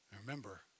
Remember